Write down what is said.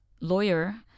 lawyer